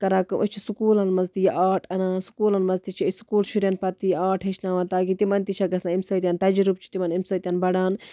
کران کٲم أسۍ چھِ سکوٗلَن منٛز تہِ آرٹ اَنان سکوٗلَن منٛز تہِ چھِ أسۍ سکوٗل شُرٮ۪ن پَتہٕ یہِ آرٹ ہیٚچھناوان تاکہِ تِمن تہِ چھےٚ گژھان اَمہِ سۭتۍ تَجرُبہٕ چھُ تِمن اَمہِ سۭتۍ بَڑان